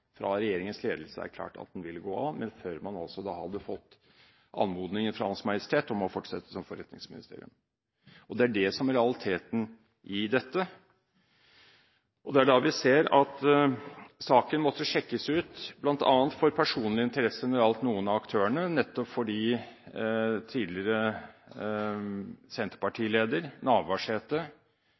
fra regjeringens ledelse var klart at den ville gå av, men før man altså hadde fått anmodning fra Hans Majestet Kongen om å fortsette som forretningsministerium. Det er det som er realiteten i dette. Det er da vi ser at saken måtte sjekkes ut bl.a. for personlige interesser hos noen av aktørene – nettopp fordi tidligere Senterparti-leder Navarsete